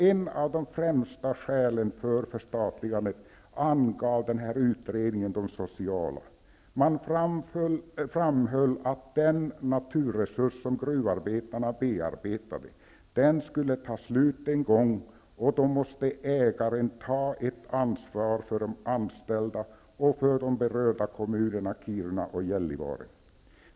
Ett av de främsta skälen angavs vara de sociala. Utredningen framhöll att den naturresurs som gruvarbetarna bearbetade en gång skulle ta slut, och då måste också ägaren ta ett ansvar för de anställda och för de berörda kommunerna Kiruna och Gällivare.